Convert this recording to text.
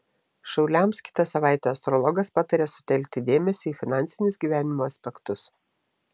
šauliams kitą savaitę astrologas pataria sutelkti dėmesį į finansinius gyvenimo aspektus